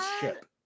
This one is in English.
ship